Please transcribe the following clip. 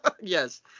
Yes